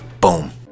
Boom